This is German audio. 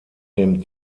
dem